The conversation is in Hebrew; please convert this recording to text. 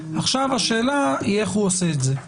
עכשיו השאלה היא איך הוא עושה את זה.